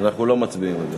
אנחנו לא מצביעים על זה.